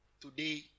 today